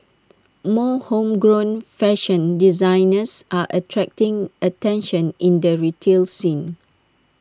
more homegrown fashion designers are attracting attention in the retail scene